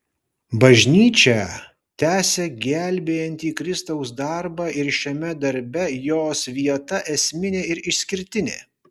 bažnyčią tęsia gelbėjantį kristaus darbą ir šiame darbe jos vieta esminė ir išskirtinė